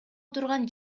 турган